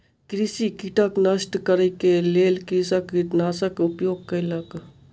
कृषि कीटक नष्ट करै के लेल कृषक कीटनाशकक उपयोग कयलक